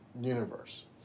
universe